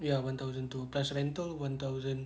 ya one thousand two plus rental one thousand